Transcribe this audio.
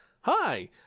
Hi